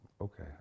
okay